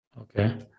okay